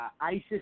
ISIS